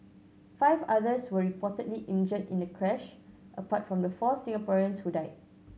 five others were reportedly injured in the crash apart from the four Singaporeans who died